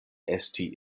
esti